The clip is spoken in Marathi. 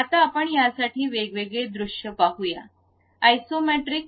आता आपण यासाठी वेगवेगळे दृश्य पाहू या आयसोमेट्रिक